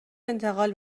انتقال